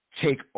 take